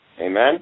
Amen